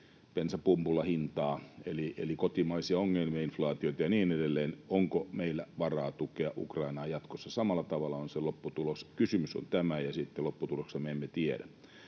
bensapumpulla hintaa, eli kotimaisia ongelmia, inflaatiota ja niin edelleen. Onko meillä varaa tukea Ukrainaa jatkossa samalla tavalla, on se lopputulos. Tai kysymys on tämä, ja sitten lopputuloksesta me emme tiedä.